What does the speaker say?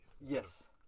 yes